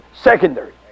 secondary